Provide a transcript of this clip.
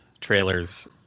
trailers